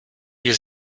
wir